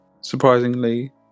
surprisingly